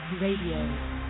Radio